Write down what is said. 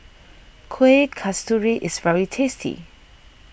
Kueh Kasturi is very tasty